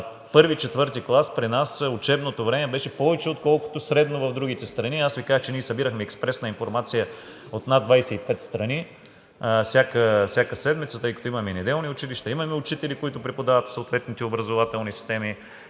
че в I – IV клас при нас учебното време беше повече, отколкото средно в другите страни. Аз Ви казах, че събирахме експресна информация от над 25 страни всяка седмица, тъй като имаме неделни училища, имаме учители, които преподават в съответните образователни системи,